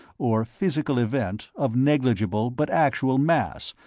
or physical event, of negligible but actual mass,